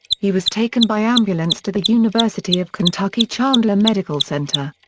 he was taken by ambulance to the university of kentucky chandler medical center.